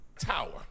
tower